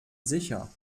sicher